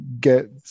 get